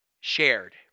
shared